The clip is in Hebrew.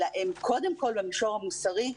אלא הם קודם כול במישור המוסרי,